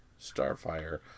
Starfire